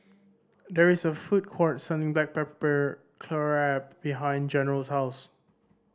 there is a food court selling black pepper crab behind General's house